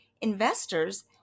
Investors